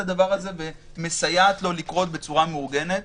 הדבר הזה ומסייעת לו לקרות בצורה מאורגנת.